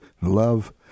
love